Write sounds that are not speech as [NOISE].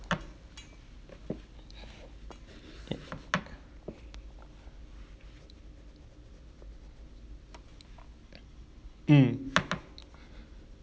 [NOISE] mm